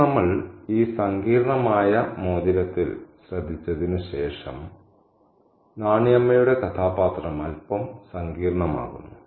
ഇപ്പോൾ നമ്മൾ ഈ സങ്കീർണ്ണമായ മോതിരത്തിൽ ശ്രദ്ധിച്ചതിനുശേഷം നാണി അമ്മയുടെ കഥാപാത്രം അൽപ്പം സങ്കീർണമാകുന്നു